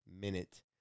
minute